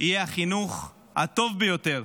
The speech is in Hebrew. יהיה החינוך הטוב ביותר